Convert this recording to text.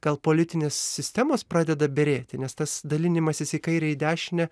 gal politinės sistemos pradeda byrėti nes tas dalinimasis į kairę į dešinę